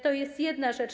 To jest jedna rzecz.